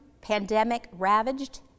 pandemic-ravaged